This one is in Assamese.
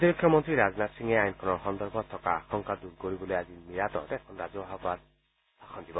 প্ৰতিৰক্ষা মন্ত্ৰী ৰাজনাথ সিঙে আইনখনৰ সন্দৰ্ভত থকা আশংকা দূৰ কৰিবলৈ আজি মিৰাটত এখন ৰাজহুৱা সভাত ভাষণ দিব